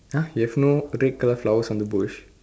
!huh! you have no red colour flowers on the bush